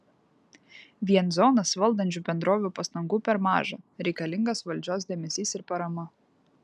vien zonas valdančių bendrovių pastangų per maža reikalingas valdžios dėmesys ir parama